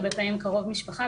הרבה פעמים קרוב משפחה,